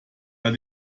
hat